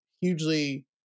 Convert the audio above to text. hugely